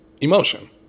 emotion